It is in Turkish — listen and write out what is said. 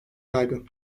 yaygın